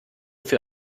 für